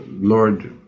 Lord